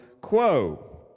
quo